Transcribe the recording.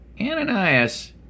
Ananias